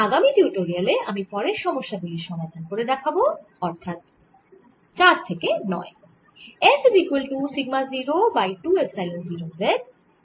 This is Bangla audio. আগামি টিউটোরিয়ালে আমি পরের সমস্যা গুলির সমাধান করে দেখাব অর্থাৎ সমস্যা 4 থেকে 9